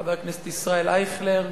חבר הכנסת ישראל אייכלר,